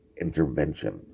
intervention